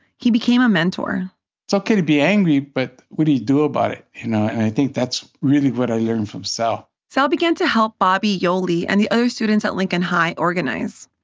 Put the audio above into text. he became a mentor it's ok to be angry, but what do you do about it, you know? and i think that's really what i learned from sal sal began to help bobby, yoli and the students at lincoln high organize.